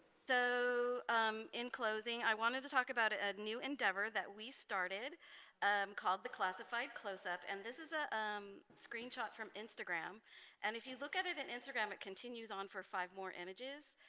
so in closing i wanted to talk about a new endeavor that we started called the classified close-up and this is a screenshot from instagram and if you look at it an instagram it continues on for five more images